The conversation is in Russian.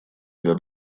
для